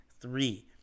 three